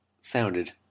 sounded